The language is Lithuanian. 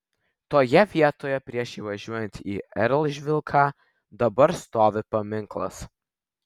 toje vietoje prieš įvažiuojant į eržvilką dabar stovi paminklas